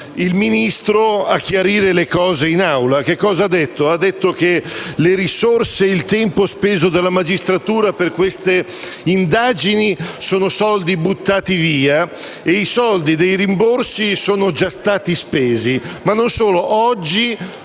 il Ministro a chiarire i fatti in Aula. Che cosa ha detto? Ha detto che le risorse e il tempo speso dalla magistratura per queste indagini sono buttati via e che i soldi dei rimborsi sono già stati spesi. Non solo: oggi,